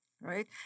right